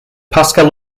pascal